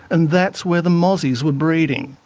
and that's where the mozzies were breeding.